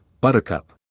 Buttercup